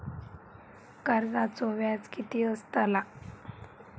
कर्जाचो व्याज कीती असताला?